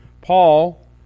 Paul